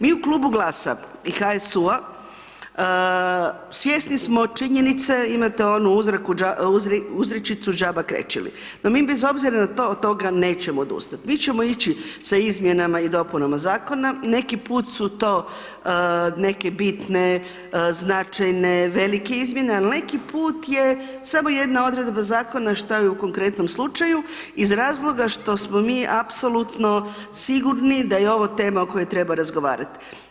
Mi u klubu GLAS-a i HSU-a svjesni smo činjenice, imate onu uzreku, uzričicu džaba krečili, no mi bez obzira na to, od toga nećemo odustati, mi ćemo ići sa izmjenama i dopunama Zakona, neki put su to neke bitne, značajne, velike izmjene, al neki put je samo jedna odredba Zakona, šta je u konkretnom slučaju, iz razloga što smo mi apsolutno sigurni da je ovo tema o kojoj treba razgovarat.